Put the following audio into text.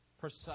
precise